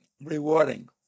rewarding